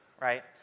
right